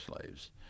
slaves